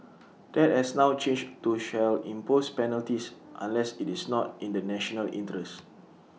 that has now changed to shall impose penalties unless IT is not in the national interest